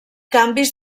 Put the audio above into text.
canvis